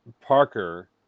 Parker